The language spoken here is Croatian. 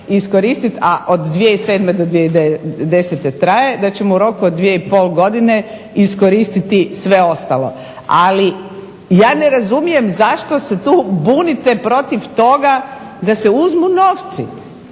a od 2007. do 2010. traje, da ćemo u roku od 2,5 godine iskoristiti sve ostalo. Ali ja ne razumijem zašto se tu bunite protiv toga da se uzmu novci,